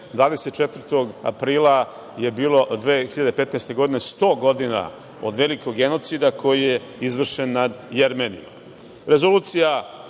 24. aprila je 2015. godine je bilo 100 godina od velikog genocida koji je izvršen nad Jermenima.